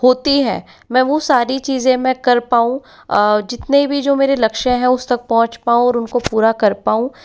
होती है मैं वो सारी चीज़ें वो मैं कर पाऊँ जितने भी जो मेरे लक्ष्य है उस तक पहुँच पाऊँ और उनको पूरा कर पाऊँ